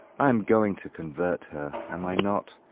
i am going to convert her, am i not?